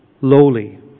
lowly